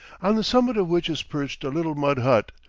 on the summit of which is perched a little mud hut,